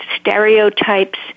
stereotypes